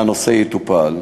והנושא יטופל.